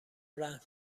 رحم